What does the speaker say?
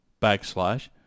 backslash